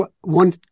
one